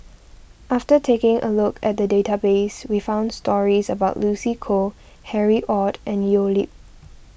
after taking a look at the database we found stories about Lucy Koh Harry Ord and Leo Yip